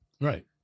Right